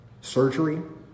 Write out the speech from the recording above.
surgery